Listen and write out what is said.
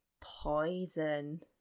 poison